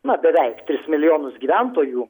na beveik tris milijonus gyventojų